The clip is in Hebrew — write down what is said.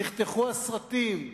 נחתכו הסרטים,